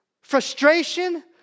frustration